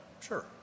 Sure